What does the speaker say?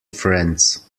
friends